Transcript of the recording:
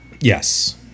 yes